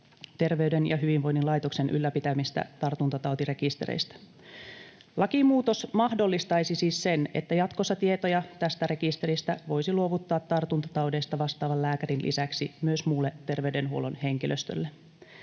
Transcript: Terveyden ja hyvinvoinnin laitoksen ylläpitämistä tartuntatautirekistereistä. Lakimuutos mahdollistaisi siis sen, että jatkossa tietoja näistä rekistereistä voisi luovuttaa tartuntataudeista vastaavan lääkärin lisäksi myös muulle terveydenhuollon henkilöstölle.